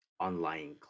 online